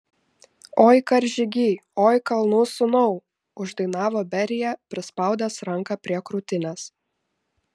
oi karžygy oi kalnų sūnau uždainavo berija prispaudęs ranką prie krūtinės